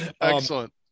excellent